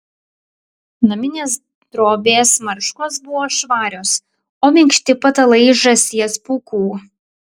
naminės drobės marškos buvo švarios o minkšti patalai iš žąsies pūkų